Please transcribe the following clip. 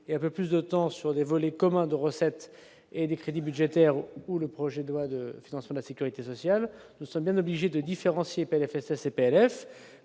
y un peu plus de temps sur les vols commun de recettes et des crédits budgétaires ou le projet de loi de financement de la Sécurité sociale, nous sommes bien obligés de différencier PLFSS et P-F